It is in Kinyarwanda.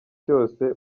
cyose